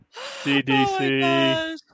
CDC